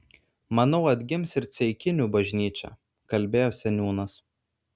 manau atgims ir ceikinių bažnyčia kalbėjo seniūnas